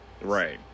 right